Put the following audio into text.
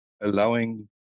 allowing